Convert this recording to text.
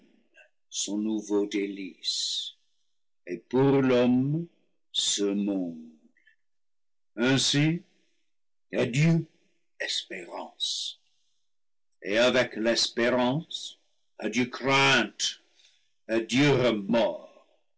son nouveau délice et pour l'homme ce monde ainsi adieu espérance et avec l'espérance adieu crainte